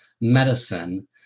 medicine